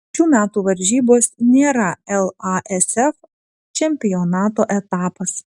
šių metų varžybos nėra lasf čempionato etapas